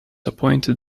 appointed